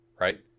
right